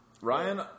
Ryan